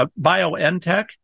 BioNTech